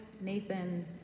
Nathan